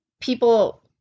people